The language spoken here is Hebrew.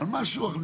ממש לא.